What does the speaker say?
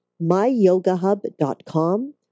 myyogahub.com